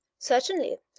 certainly.